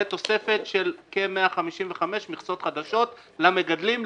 ותוספת של כ-155 מכסות חדשות למגדלים,